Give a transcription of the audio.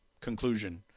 conclusion